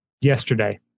yesterday